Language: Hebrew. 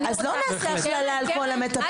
אז לא נעשה הכללה על כל המטפלים.